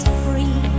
free